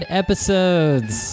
episodes